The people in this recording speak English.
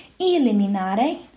eliminare